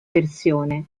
versione